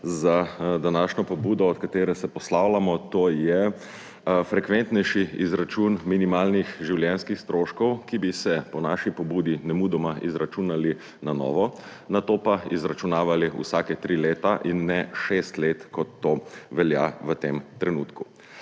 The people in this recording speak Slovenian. za današnjo pobudo, od katere se poslavljamo, to je frekventnejši izračun minimalnih življenjskih stroškov, ki bi se po naši pobudi nemudoma izračunali na novo, nato pa izračunavali vsake tri leta in ne šest let, kot to velja v tem trenutku.